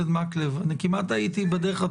אחת.